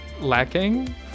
lacking